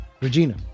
regina